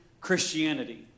Christianity